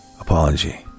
apology